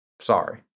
sorry